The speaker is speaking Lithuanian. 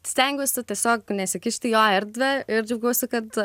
stengiuosi tiesiog nesikišti į jo erdvę ir džiaugiuosi kad